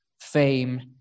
fame